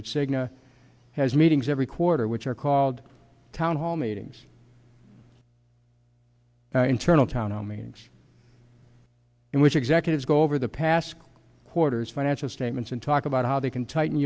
that cigna has meetings every quarter which are called town hall meetings internal townhall meetings in which executives go over the past quarter's financial statements and talk about how they can tighten